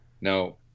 no